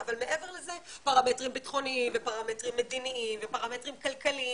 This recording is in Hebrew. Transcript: אבל מעבר לזה פרמטרים ביטחוניים ופרמטרים מדיניים ופרמטרים כלכליים